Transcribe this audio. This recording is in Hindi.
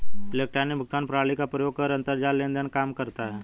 इलेक्ट्रॉनिक भुगतान प्रणाली का प्रयोग कर अंतरजाल लेन देन काम करता है